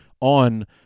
on